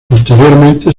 posteriormente